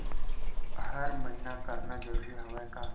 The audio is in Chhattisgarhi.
हर महीना करना जरूरी हवय का?